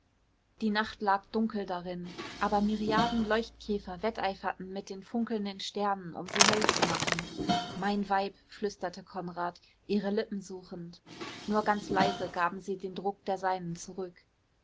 die nacht lag dunkel darin aber miriaden leuchtkäfer wetteiferten mit den funkelnden sternen um sie hell zu machen wein weib flüsterte konrad ihre lippen suchend nur ganz leise gaben sie den druck der seinen zurück